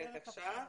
עכשיו,